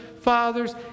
fathers